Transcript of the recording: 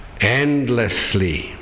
endlessly